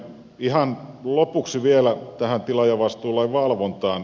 ihan lopuksi vielä tähän tilaajavastuulain valvontaan